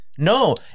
No